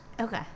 Okay